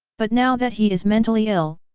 but now that he is mentally ill,